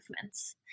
movements